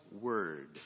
word